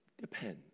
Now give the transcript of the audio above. depends